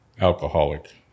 alcoholic